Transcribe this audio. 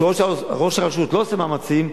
כשראש הרשות לא עושה מאמצים,